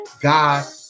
God